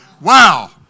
Wow